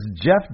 Jeff